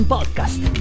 Podcast